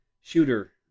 shooter